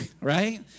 right